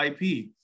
IP